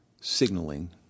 signaling